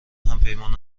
همپیمان